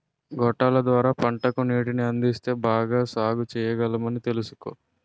గొట్టాల ద్వార పంటకు నీటిని అందిస్తేనే బాగా సాగుచెయ్యగలమని తెలుసుకో